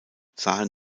sahen